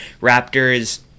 Raptors